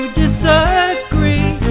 disagree